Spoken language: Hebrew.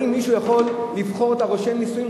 האם מישהו יכול לבחור את רושם הנישואים?